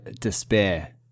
despair